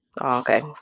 Okay